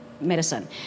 medicine